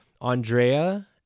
Andrea